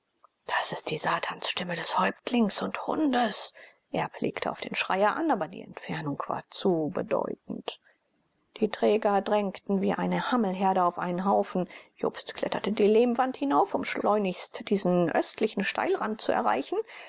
das ist die satansstimme des häuptlings und hundes erb legte auf den schreier an aber die entfernung war zu bedeutend die träger drängten wie eine hammelherde auf einen haufen jobst kletterte die lehmwand hinauf um schleunigst diesen östlichen steilrand zu erreichen